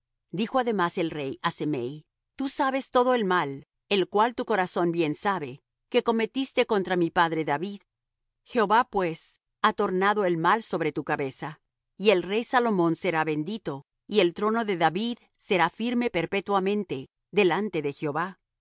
dijo además el rey á semei tú sabes todo el mal el cual tu corazón bien sabe que cometiste contra mi padre david jehová pues ha tornado el mal sobre tu cabeza y el rey salomón será bendito y el trono de david será firme perpetuamente delante de jehová